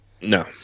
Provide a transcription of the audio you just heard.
No